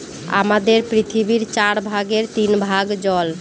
আমাদের পৃথিবীর চার ভাগের তিন ভাগ জল